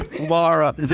Mara